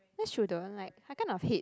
that shouldn't like I kind of hate